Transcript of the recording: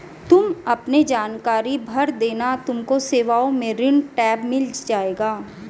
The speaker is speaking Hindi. तुम अपने जानकारी भर देना तुमको सेवाओं में ऋण टैब मिल जाएगा